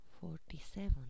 forty-seven